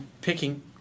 picking